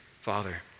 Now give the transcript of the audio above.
Father